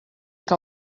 que